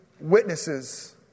witnesses